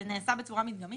זה נעשה בצורה מדגמית,